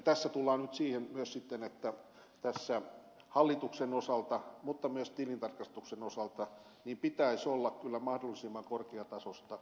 tässä tullaan nyt myös siihen että tässä hallituksen mutta myös tilintarkastuksen osalta pitäisi olla kyllä mahdollisimman korkea taso